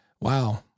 Wow